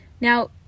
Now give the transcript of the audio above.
Now